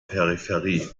peripherie